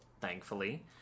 thankfully